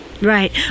Right